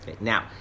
Now